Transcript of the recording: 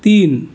तीन